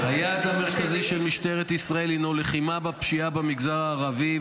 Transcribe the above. היעד המרכזי של משטרת ישראל הינו לחימה בפשיעה במגזר הערבי,